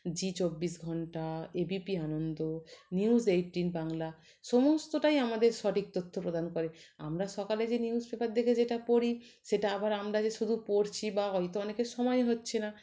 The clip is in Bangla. জি চব্বিশ ঘণ্টা ABP Ananda news eighteen Bangla সমস্তটাই আমাদের সঠিক তথ্য প্রদান করে আমরা সকালে যে নিউস পেপার দেখে যেটা পড়ি সেটা আবার আমরা যে শুধু পড়ছি বা হয়তো অনেকের সময় হচ্ছে না